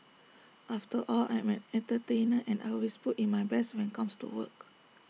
after all I'm an entertainer and I always put in my best when comes to work